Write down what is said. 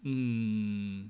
mm mm